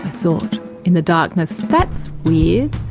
thought in the darkness, that's weird,